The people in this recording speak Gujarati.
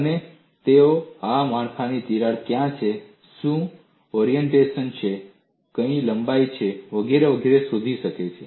અને તેઓ આ માળખામાં તિરાડ ક્યાં છે શું ઓરિએન્ટેશન છે કઈ લંબાઈ છે વગેરે વગેરે શોધી શકે છે